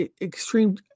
extreme